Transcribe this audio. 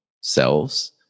selves